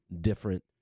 different